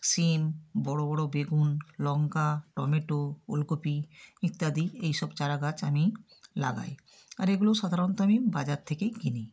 শিম বড় বড় বেগুন লঙ্কা টমেটো ওলকপি ইত্যাদি এই সব চারা গাছ আমি লাগাই আর এগুলো সাধারণত আমি বাজার থেকেই কিনি